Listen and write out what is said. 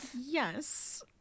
Yes